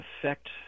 affect